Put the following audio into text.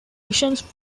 missions